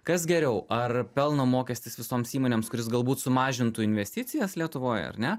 kas geriau ar pelno mokestis visoms įmonėms kuris galbūt sumažintų investicijas lietuvoj ar ne